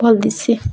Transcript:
ଭଲ୍ଦିସି